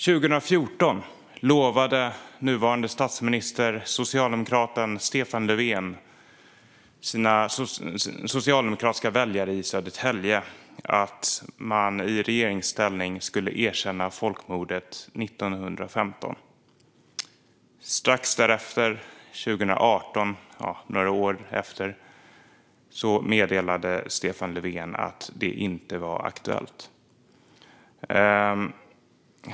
År 2014 lovade nuvarande statsministern, socialdemokraten Stefan Löfven, sina socialdemokratiska väljare i Södertälje att man i regeringsställning skulle erkänna folkmordet 1915. Strax därefter, 2018 - ja, det var några år efter - meddelade Stefan Löfven att det inte var aktuellt.